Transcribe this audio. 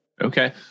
okay